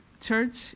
church